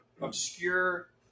obscure